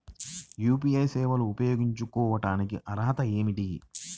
UPI సేవలు ఉపయోగించుకోటానికి అర్హతలు ఏమిటీ?